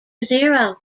zero